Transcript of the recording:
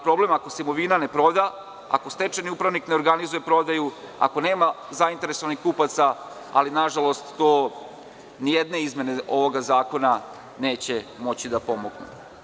Problem je ako se imovina ne proda, ako stečajni upravnik ne organizuje prodaju, ako nema zainteresovanih kupaca, ali tu nijedne izmene ovog zakona neće moći da pomognu.